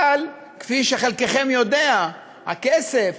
אבל כפי שחלקכם יודעים, הכסף